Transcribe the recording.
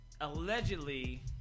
allegedly